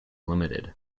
limited